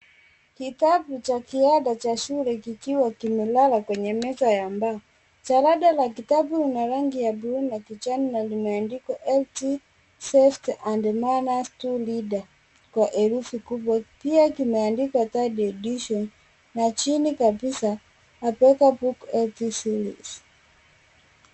Ktabu cha kiada cha shule kikiwa kimelala kwenye meza ya mbao ,jarada ya kitabu ina rangi ya buluu na kijana na limeandikwa health ,safety and manners two reader kwa herufi kubwa oia kumeandikwa third edition na chini kabisa Abeka book health series.(Cs)